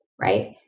right